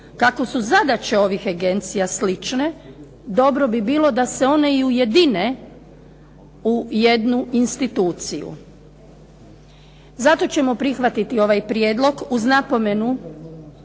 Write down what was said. Kako su zadaće ovih agencija slične dobro bi bilo da se one i ujedine u jednu instituciju. Zato ćemo prihvatiti ovaj prijedlog uz napomenu